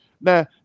Now